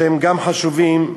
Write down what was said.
שגם הם חשובים,